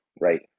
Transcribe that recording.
right